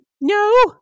No